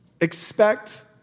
expect